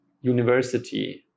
university